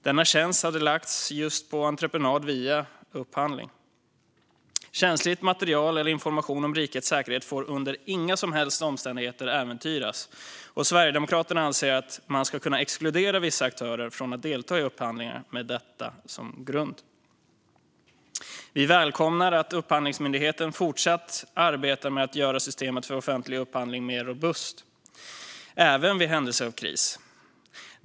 Denna tjänst hade lagts på entreprenad via upphandling. Känsligt material eller information om rikets säkerhet får under inga som helst omständigheter äventyras. Sverigedemokraterna anser att man ska kunna exkludera vissa aktörer från att delta i upphandlingar med detta som grund. Vi välkomnar att Upphandlingsmyndigheten fortsatt arbetar med att göra systemet för offentlig upphandling mer robust, även i händelse av kris.